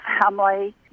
family